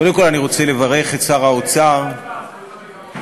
קודם כול אני רוצה לברך את שר האוצר, כן.